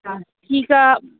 हा ठीकु आहे